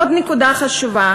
עוד נקודה חשובה